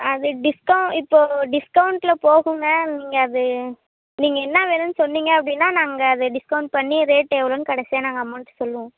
அது டிஸ்க்கவுண் இப்போ டிஸ்க்கவுண்டில் போகுங்க நீங்கள் அது நீங்கள் என்ன வேணும் சொன்னிங்க அப்படின்னா நாங்கள் அதை டிஸ்கவுண்ட் பண்ணி ரேட் எவ்வளோன்னு கடைசியாக நாங்கள் அமௌண்ட் சொல்லுவோம்